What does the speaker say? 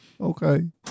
Okay